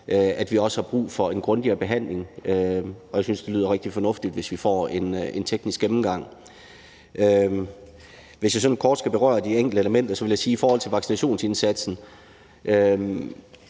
at vi også har brug for en grundigere behandling. Jeg synes, at det lyder rigtig fornuftigt, at vi får en teknisk gennemgang. Hvis jeg sådan kort skal berøre de enkelte elementer, så vil jeg i forhold til vaccinationsindsatsen